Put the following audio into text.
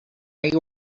you